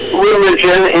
religion